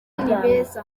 nibeza